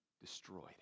destroyed